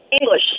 English